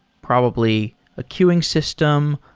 probably a cueing system,